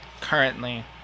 Currently